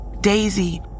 Daisy